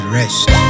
rest